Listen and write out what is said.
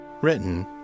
Written